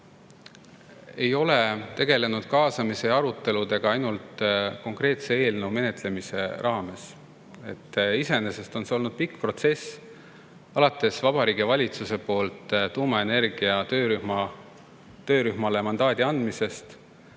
ei ole tegelenud kaasamise ja aruteludega ainult konkreetse eelnõu menetlemise raames. Iseenesest on see olnud pikk protsess, mis algas Vabariigi Valitsuse poolt tuumaenergia töörühmale mandaadi andmisest